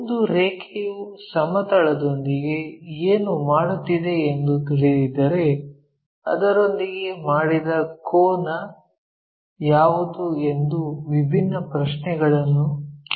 ಒಂದು ರೇಖೆಯು ಸಮತಲದೊಂದಿಗೆ ಏನು ಮಾಡುತ್ತಿದೆ ಎಂದು ತಿಳಿದಿದ್ದರೆ ಅದರೊಂದಿಗೆ ಮಾಡಿದ ಕೋನ ಯಾವುದು ಎಂದು ವಿಭಿನ್ನ ಪ್ರಶ್ನೆಗಳನ್ನು ಕೇಳುತ್ತೇವೆ